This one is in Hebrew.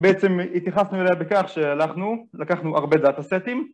‫בעצם התייחסנו אליה ‫בכך שהלכנו, לקחנו הרבה דאטה-סטים.